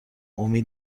همه